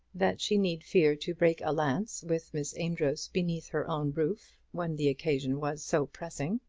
that she need fear to break a lance with miss amedroz beneath her own roof, when the occasion was so pressing.